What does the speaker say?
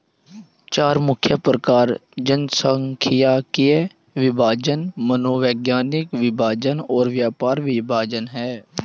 चार मुख्य प्रकार जनसांख्यिकीय विभाजन, मनोवैज्ञानिक विभाजन और व्यवहार विभाजन हैं